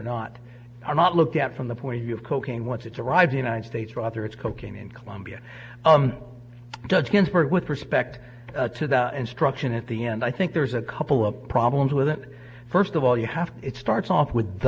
are not looked at from the point of view of cocaine once it arrives the united states rather it's cocaine in colombia judge ginsburg with respect to the instruction at the end i think there's a couple of problems with it first of all you have to it starts off with